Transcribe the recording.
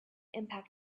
impact